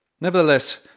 Nevertheless